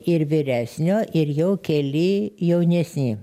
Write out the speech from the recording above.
ir vyresnio ir jau keli jaunesni